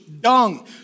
dung